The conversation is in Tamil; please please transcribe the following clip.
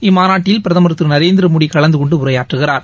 இம்மாநாட்டில் பிரதமர் திருநரேந்திரமோடிகலந்துகொண்டு உரையாற்றுகிறார்